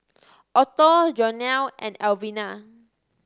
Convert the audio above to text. Otto Jonell and Alvena